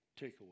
takeaway